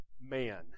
man